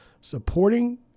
supporting